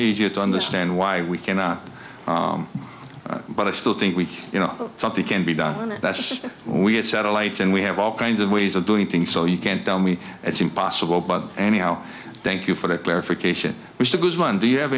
easier to understand why we came out but i still think we you know something can be done that we have satellites and we have all kinds of ways of doing things so you can't tell me it's impossible but anyhow thank you for the clarification which